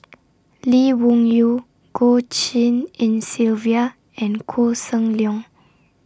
Lee Wung Yew Goh Tshin En Sylvia and Koh Seng Leong